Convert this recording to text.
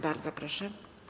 Bardzo proszę.